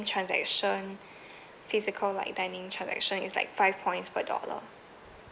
transaction physical like dining transaction is like five points per dollar